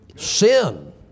Sin